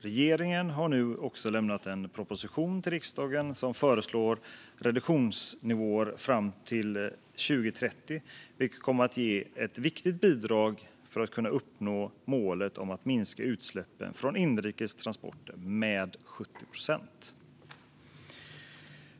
Regeringen har nu också lämnat en proposition till riksdagen som föreslår reduktionsnivåer fram till 2030, vilket kommer att vara ett viktigt bidrag för att uppnå målet om att minska utsläppen från inrikes transporter med 70 procent.